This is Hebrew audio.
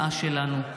והמופלאה שלנו".